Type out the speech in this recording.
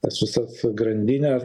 tas visas grandines